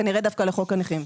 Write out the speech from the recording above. כנראה דווקא לחוק הנכים.